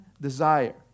desire